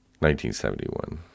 1971